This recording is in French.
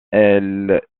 elle